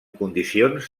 condicions